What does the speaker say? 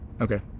Okay